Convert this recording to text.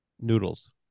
Noodles